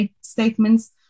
statements